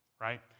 right